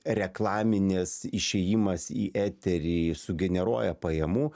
reklaminis išėjimas į eterį sugeneruoja pajamų